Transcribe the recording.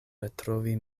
retrovi